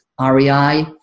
REI